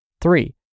Three